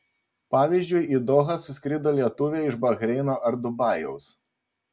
pavyzdžiui į dohą suskrido lietuviai iš bahreino ar dubajaus